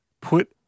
Put